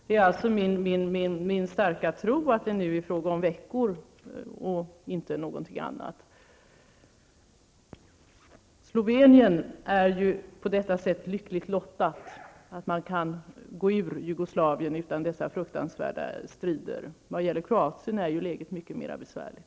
Det är min starka tro att det nu är fråga om veckor -- inte något annat. Slovenien är på detta sätt lyckligt lottat, dvs. att man kan gå ur Jugoslavien utan dessa fruktansvärda strider. När det gäller Kroatien är läget mera besvärligt.